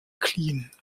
clean